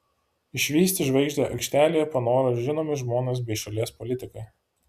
išvysti žvaigždę aikštelėje panoro ir žinomi žmonės bei šalies politikai